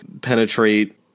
penetrate